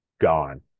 gone